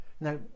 Now